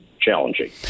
challenging